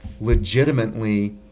legitimately